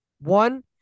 One